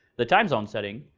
the time zone setting,